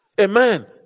Amen